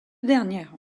dernière